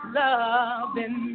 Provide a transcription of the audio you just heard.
loving